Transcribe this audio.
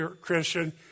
Christian